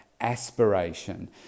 aspiration